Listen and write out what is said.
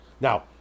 Now